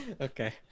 Okay